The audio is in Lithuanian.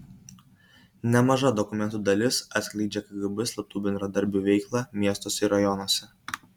nemaža dokumentų dalis atskleidžia kgb slaptų bendradarbių veiklą miestuose ir rajonuose